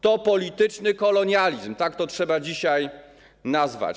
To polityczny kolonializm, tak to trzeba dzisiaj nazwać.